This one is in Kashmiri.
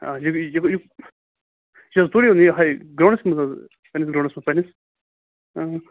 آ مےٚ چھےٚ حظ اور یِنُے یِِہَے گرٛاونٛڈس منٛز حظ پنہٕ نِس گرٛاونٛڈس منٛز پنہٕ نِس